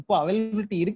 availability